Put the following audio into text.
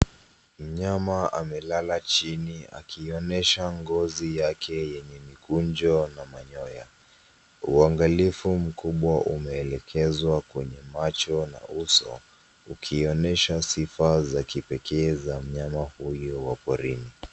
Mnyama amelala chini akionyesha ngozi yake yenye mikunjo na manyoya. Uangalifu mkubwa umeelekezwa kwenye macho na uso, ukionyesha sifa za kipekee za mnyama huyu wa porini.